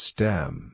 Stem